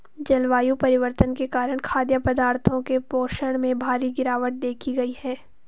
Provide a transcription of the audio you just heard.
जलवायु परिवर्तन के कारण खाद्य पदार्थों के पोषण में भारी गिरवाट देखी गयी है